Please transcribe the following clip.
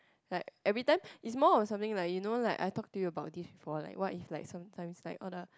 like every time is more on something like you know like I talk to you about this before like what if like sometimes like all the